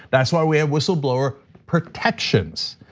that's why we have whistleblower protections.